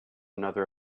another